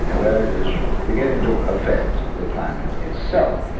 ah where it is beginning and to affect the climate itself.